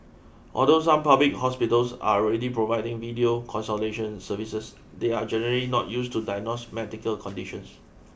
although some public hospitals are already providing video consultation services they are generally not used to diagnose medical conditions